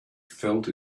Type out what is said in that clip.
felt